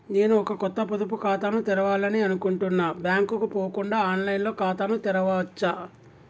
నేను ఒక కొత్త పొదుపు ఖాతాను తెరవాలని అనుకుంటున్నా బ్యాంక్ కు పోకుండా ఆన్ లైన్ లో ఖాతాను తెరవవచ్చా?